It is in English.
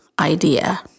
idea